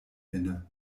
inne